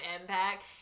impact